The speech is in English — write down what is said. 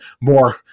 more